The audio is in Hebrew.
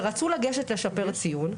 ורצו לגשת לשפר ציון,